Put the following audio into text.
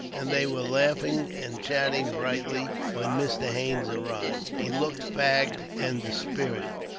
and they were laughing and chatting brightly, when mr. haines arrived. he looked fagged and dispirited.